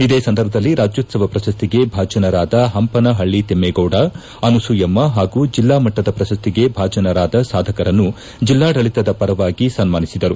ಇದೇ ಸಂದರ್ಭದಲ್ಲಿ ರಾಜ್ಯೋತ್ಸವ ಪ್ರಶಸ್ತಿಗೆ ಭಾಜನರಾದ ಹಂಪನ ಹಳ್ಳ ತಿಮ್ಲೇಗೌಡ ಅನುಸೂಯಮ್ನ ಹಾಗೂ ಜೆಲ್ಲಾ ಮಟ್ಟದ ಪ್ರಶಸ್ತಿಗೆ ಭಾಜನರಾದ ಸಾಧಕರನ್ನು ಜೆಲ್ಲಾಡಳಿತದ ಪರವಾಗಿ ಸನ್ನಾನಿಸಿದರು